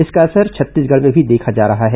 इसका असर छत्तीसगढ़ में भी देखा जा रहा है